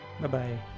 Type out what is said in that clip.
Bye-bye